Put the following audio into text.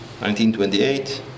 1928